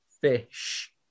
fish